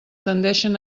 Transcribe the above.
tendeixen